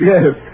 Yes